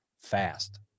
fast